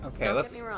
Okay